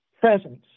presence